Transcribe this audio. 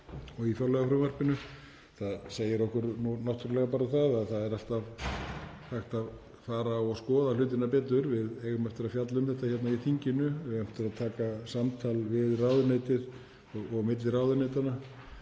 og í fjárlagafrumvarpinu. Það segir okkur náttúrlega að það er alltaf hægt að skoða hlutina betur. Við eigum eftir að fjalla um þetta hér í þinginu, við eigum eftir að taka samtal við ráðuneytið og milli ráðuneytanna